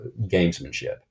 gamesmanship